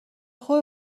خوبه